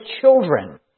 children